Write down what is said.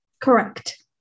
Correct